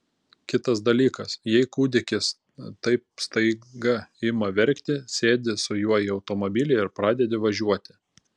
kitas dalykas jei kūdikis taip staiga ima verkti sėdi su juo į automobilį ir pradedi važiuoti